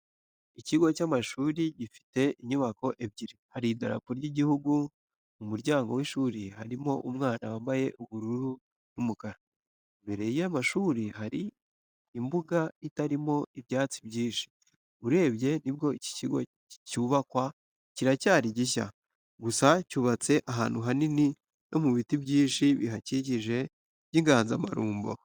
Ikigo cy'amashuri gifite inyubako ebyiri, hari idarapo ry'igihugu, mu muryango w'ishuri harimo umwana wambaye ubururu n'umukara. Imbere y'amashuri hari imbuga itarimo ibyatsi byinshi, urebye nibwo iki kigo kicyubakwa kiracyari gishya, gusa cyubatse ahantu hanini no mu biti byinshi bihakikije by'inganzamarumbo.